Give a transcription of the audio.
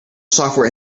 software